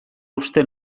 uste